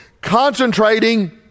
concentrating